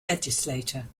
legislator